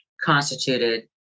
constituted